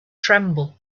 tremble